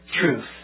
truth